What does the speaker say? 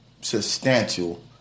substantial